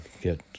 get